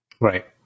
Right